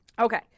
Okay